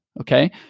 okay